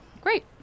Great